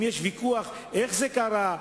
אם יש ויכוח איך זה קרה,